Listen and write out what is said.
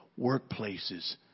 Workplaces